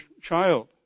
child